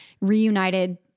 reunited